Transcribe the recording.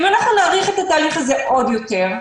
אם אנחנו נאריך את התהליך הזה עוד יותר,